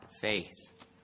faith